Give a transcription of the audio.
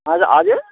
हजुर हजुर